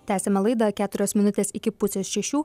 tęsiame laidą keturios minutės iki pusės šešių